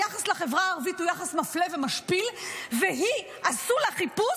היחס לחברה הערבית הוא יחס מפלה ומשפיל ולה עשו חיפוש.